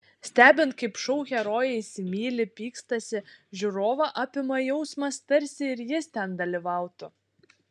stebint kaip šou herojai įsimyli pykstasi žiūrovą apima jausmas tarsi ir jis ten dalyvautų